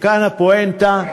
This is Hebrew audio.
וכאן הפואנטה: